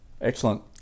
Excellent